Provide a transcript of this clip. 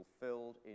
fulfilled